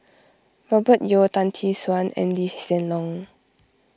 Robert Yeo Tan Tee Suan and Lee Hsien Loong